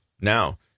Now